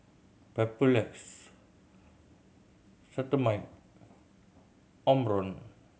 Papulex Cetrimide Omron